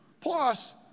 plus